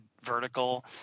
vertical